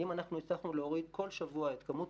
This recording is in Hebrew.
ואם אתה הצלחנו להוריד כל שבוע את כמות